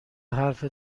حرف